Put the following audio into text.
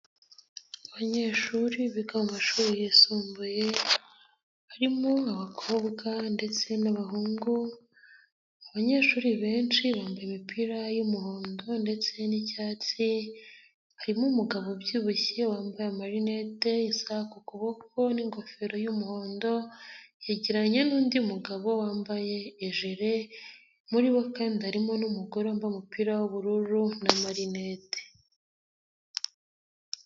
Abanyeshuri biga mu mashuri yisumbuye harimo abakobwa ndetse n'abahungu. Abanyeshuri benshi bambaye imipira y'umuhondo ndetse n'icyatsi. Harimo umugabo ubyibushye wambaye marinete, isaha ku kuboko n'ingofero y'umuhondo, yegeranye nundi mugabo wambaye ijire. Muri bo kandi harimo n'umugore wambaye umupira w'ubururu na marinete.